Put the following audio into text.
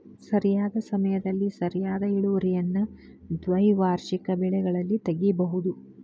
ಸರಿಯಾದ ಸಮಯದಲ್ಲಿ ಸರಿಯಾದ ಇಳುವರಿಯನ್ನು ದ್ವೈವಾರ್ಷಿಕ ಬೆಳೆಗಳಲ್ಲಿ ತಗಿಬಹುದು